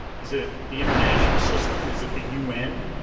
is it the international system, is it the un?